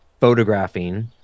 photographing